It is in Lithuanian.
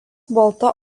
balta